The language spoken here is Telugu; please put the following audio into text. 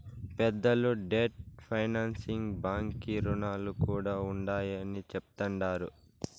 పెద్దలు డెట్ ఫైనాన్సింగ్ బాంకీ రుణాలు కూడా ఉండాయని చెప్తండారు